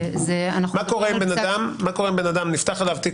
אנחנו --- מה קורה אם לבן אדם נפתח תיק